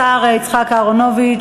השר יצחק אהרונוביץ,